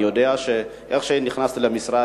אני יודע שאיך שנכנסת למשרד,